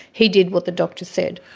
he did what the doctor said.